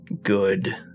good